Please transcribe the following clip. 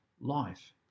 life